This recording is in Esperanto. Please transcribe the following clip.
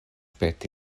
peti